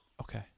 Okay